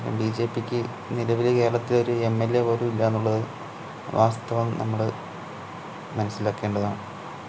ബിജെപിക്ക് നിലവില് കേരളത്തില് ഒരു എംഎല്എ പോലും ഇല്ലാന്നുള്ളത് വാസ്തവം നമ്മള് മനസിലാക്കേണ്ടതാണ്